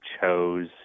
chose